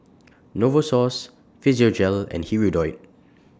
Novosource Physiogel and Hirudoid